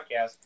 podcast